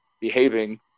behaving